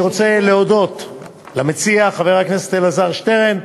אני רוצה להודות למציע, חבר הכנסת אלעזר שטרן,